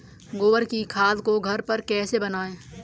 गोबर की खाद को घर पर कैसे बनाएँ?